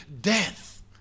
death